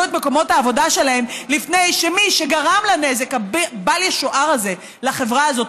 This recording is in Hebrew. את מקומות העבודה שלהם לפני שמי שגרם לנזק הבל-ישוער הזה לחברה הזאת,